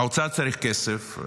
האוצר צריך כסף,